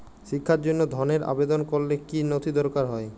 শিক্ষার জন্য ধনের আবেদন করলে কী নথি দরকার হয়?